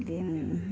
ಇದೇನು